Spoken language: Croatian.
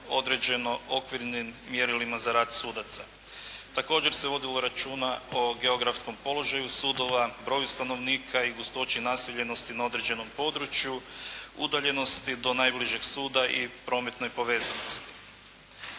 određeno okvirnim mjerilima za rad sudaca. Također se vodilo računa o geografskom položaju sudova, broju stanovnika i gustoći naseljenosti na određenom području, udaljenosti do najbližeg suda i prometnoj povezanosti.